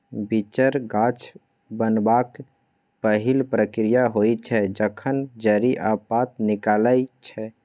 बीचर गाछ बनबाक पहिल प्रक्रिया होइ छै जखन जड़ि आ पात निकलै छै